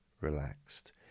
relaxed